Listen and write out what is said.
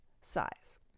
size